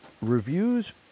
Reviews